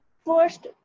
First